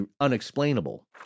unexplainable